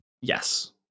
Yes